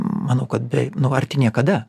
manau kad nu arti niekada